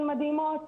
הן מדהימות.